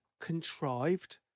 contrived